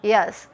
Yes।